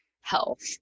health